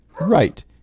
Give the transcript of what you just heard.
Right